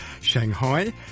Shanghai